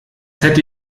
hätte